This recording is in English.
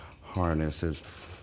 Harnesses